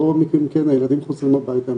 ברוב המקרים הילדים כן חוזרים הביתה,